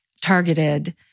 targeted